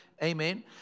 Amen